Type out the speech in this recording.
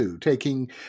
taking